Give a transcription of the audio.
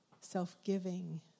self-giving